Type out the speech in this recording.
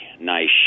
nice